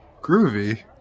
Groovy